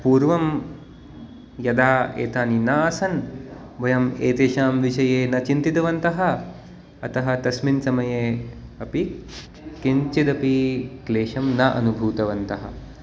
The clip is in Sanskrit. पूर्वं यदा एतानि न आसन् वयं एतेषां विषये न चिन्तितवन्तः अतः तस्मिन् समये अपि किञ्चिदपि क्लेशं न अनुभूतवन्तः